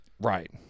right